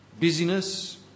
busyness